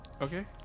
Okay